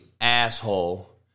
asshole